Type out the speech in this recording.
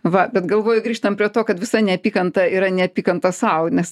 va bet galvoju grįžtam prie to kad visa neapykanta yra neapykanta sau nes